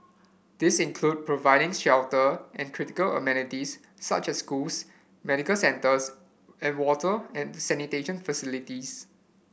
this include providing shelter and critical amenities such as schools medical centres and water and sanitation facilities